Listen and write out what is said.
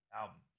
album